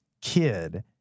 kid